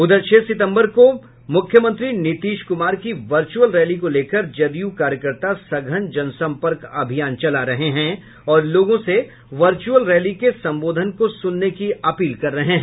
उधर छह सितम्बर को मुख्यमंत्री नीतीश कुमार की वर्च्अल रैली को लेकर जदयू कार्यकर्ता सघन जनसंपर्क अभियान चला रहे हैं और लोगों से वर्चूअल रैली के संबोधन को सुनने की अपील कर रहे हैं